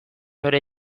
hori